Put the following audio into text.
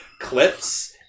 clips